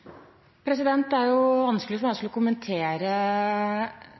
Det er vanskelig for meg å skulle kommentere